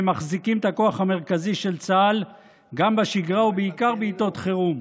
הם מחזיקים את הכוח המרכזי של צה"ל גם בשגרה ובעיקר בעיתות חירום.